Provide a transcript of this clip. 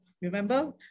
remember